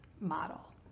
model